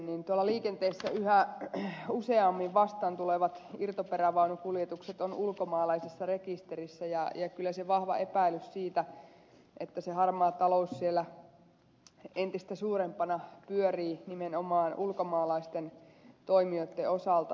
tuolla liikenteessä yhä useammin vastaan tulevat irtoperävaunukuljetukset ovat ulkomaalaisessa rekisterissä ja kyllä on vahva epäilys siitä että se harmaa talous siellä entistä suurempana pyörii nimenomaan ulkomaalaisten toimijoitten osalta